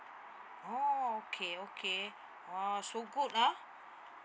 orh okay okay !whoa! so good ah